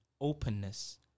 openness